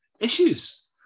issues